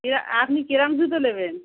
এবার আপনি কীরকম জুতো নেবেন